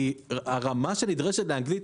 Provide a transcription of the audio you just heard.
כי הרמה שנדרשת לאנגלית,